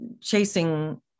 chasing